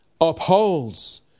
Upholds